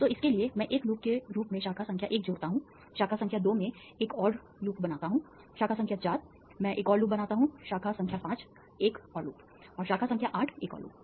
तो इसके लिए मैं एक लूप के रूप में शाखा संख्या 1 जोड़ता हूं शाखा संख्या 2 मैं एक और लूप बनाता हूं शाखा संख्या 4 मैं एक और लूप बनाता हूं शाखा संख्या 5 एक और लूप और शाखा संख्या 8 एक और लूप